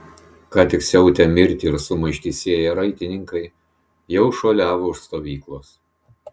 ką tik siautę mirtį ir sumaištį sėję raitininkai jau šuoliavo už stovyklos